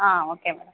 ah okay madam